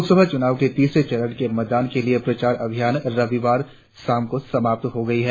लोकसभा चुनाव के तीसरे चरण के मतदान के लिए प्रचार अभियान रविवार शाम को समाप्त हो गई है